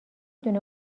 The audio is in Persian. دونه